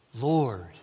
Lord